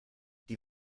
die